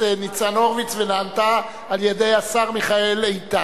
ניצן הורוביץ ונענתה על-ידי השר מיכאל איתן.